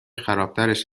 خرابترش